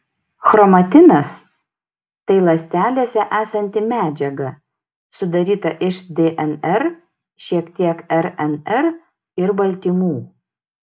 chromatinas tai ląstelėse esanti medžiaga sudaryta iš dnr šiek tiek rnr ir baltymų